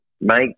make